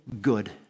good